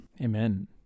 amen